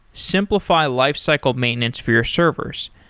simplify lifecycle maintenance for your servers.